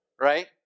right